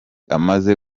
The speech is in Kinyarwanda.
amaze